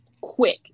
quick